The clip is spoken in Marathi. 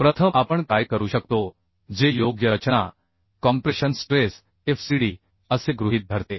प्रथम आपण काय करू शकतो जे योग्य रचना कॉम्प्रेशन स्ट्रेस Fcd असे गृहीत धरते